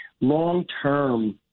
long-term